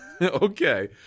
Okay